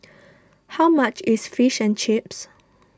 how much is Fish and Chips